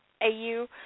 AU